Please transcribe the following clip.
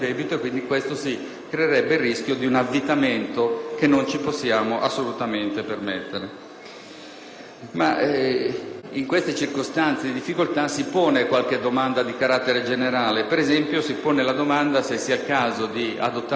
con il rischio di un avvitamento che non ci possiamo assolutamente permettere. In queste circostanze di difficoltà si pone qualche domanda di carattere generale. Per esempio, se sia il caso di adottare politiche più